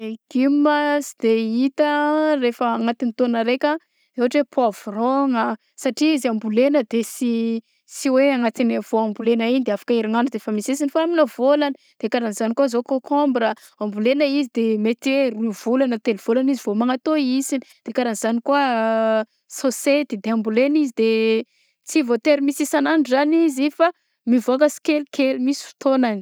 Legioma tsy de hita rehefa agnatin'ny taogna raika ôhatra hoe pôavrgna satria izy ambolegna de tsy sy hoe agnatin'ny vao ambolegna igny de afaka erignandro igny de efa misisisigny fa aminà vaolagna de karaha zagny koa zao kôkômbra ambolegna izy de mety hoe roy volagna telo vaolagna izy vao manantôy isany de karaha zagny koa sôsety de ambolen' izy de tsy vaotery misy isanandro zany izy fa mivaoka sikelikely misy fotoagnany.